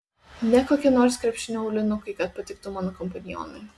ne kokie nors krepšinio aulinukai kad patiktų mano kompanionui